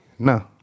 No